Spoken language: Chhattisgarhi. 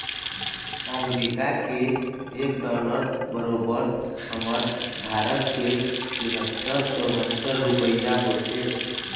अमरीका के एक डॉलर बरोबर हमर भारत के तिहत्तर चउहत्तर रूपइया होथे